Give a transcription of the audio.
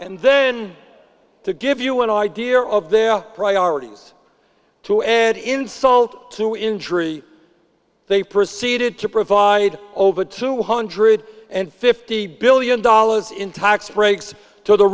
and then to give you an idea of their priorities to add insult to injury they proceeded to provide over two hundred and fifty billion dollars in tax breaks to the